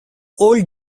old